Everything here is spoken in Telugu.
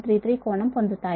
33 కోణం పొందుతాయి